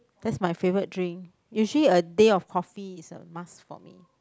that's my favourite drink usually a day of coffee is a must for me